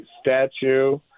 statue